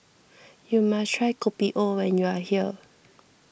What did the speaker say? you must try Kopi O when you are here